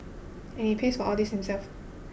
and he pays all this himself